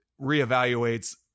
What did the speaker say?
reevaluates